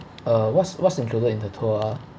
uh what's what's included in the tour